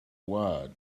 wide